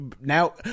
now